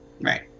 Right